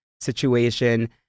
situation